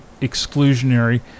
exclusionary